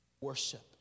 worship